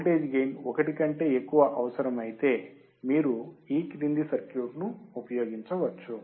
voltage gain 1 కంటే ఎక్కువ అవసరమైతే మీరు ఈ క్రింది సర్క్యూట్ను ఉపయోగించవచ్చు